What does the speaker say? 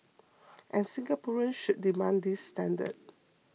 and Singaporeans should demand these standards